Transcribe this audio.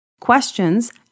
questions